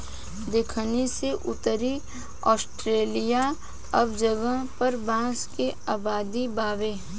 दखिन से उत्तरी ऑस्ट्रेलिआ सब जगह पर बांस के आबादी बावे